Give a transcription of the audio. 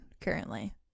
currently